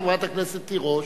חברת הכנסת תירוש.